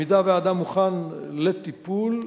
אם האדם מוכן לטיפול,